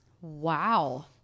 Wow